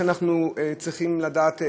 שאנחנו צריכים לדעת,